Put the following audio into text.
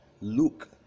Luke